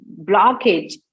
blockage